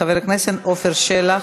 חבר הכנסת עפר שלח.